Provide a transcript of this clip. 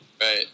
right